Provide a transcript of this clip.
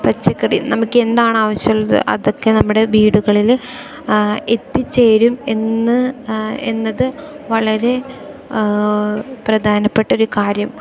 പച്ചക്കറി നമുക്കെന്താണ് ആവശ്യമുള്ളത് അതൊക്കെ നമ്മുടെ വീടുകളിൽ എത്തിച്ചേരും എന്ന് എന്നത് വളരെ പ്രധാനപ്പെട്ടൊരു കാര്യം